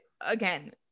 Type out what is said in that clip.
again